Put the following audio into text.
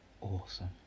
Awesome